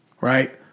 Right